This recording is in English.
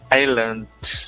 islands